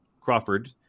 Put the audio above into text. Crawford